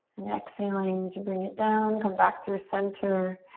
and exhaling to bring it down. come back through center.